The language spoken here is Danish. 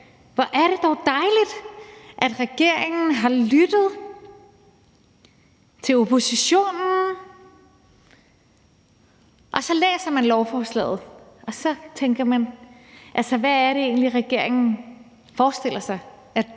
hvor er det dog dejligt, at regeringen har lyttet til oppositionen! Så læser man lovforslaget, og så tænker man: Altså, hvad er det egentlig, regeringen forestiller sig at